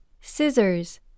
Scissors